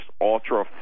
ultra